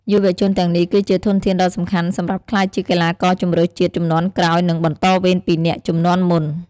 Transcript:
យុវជនទាំងនេះគឺជាធនធានដ៏សំខាន់សម្រាប់ក្លាយជាកីឡាករជម្រើសជាតិជំនាន់ក្រោយ និងបន្តវេនពីអ្នកជំនាន់មុន។